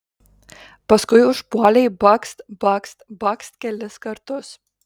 paskui užpuolei bakst bakst bakst kelis kartus